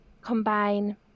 combine